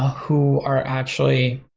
who are actually,